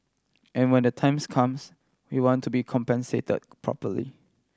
and when the times comes we want to be compensate properly